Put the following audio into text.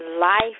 life